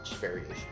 variation